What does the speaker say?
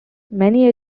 many